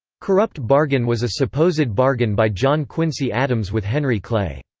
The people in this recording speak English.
corrupt bargain was a supposed bargain by john quincy adams with henry clay.